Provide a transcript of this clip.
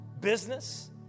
business